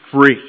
free